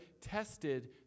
tested